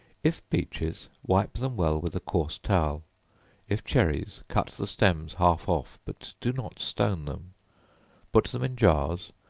if peaches, wipe them well with a coarse towel if cherries, cut the stems half off, but do not stone them put them in jars,